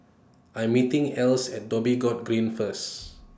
I'm meeting Alys At Dhoby Ghaut Green First